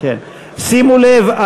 שימו לב,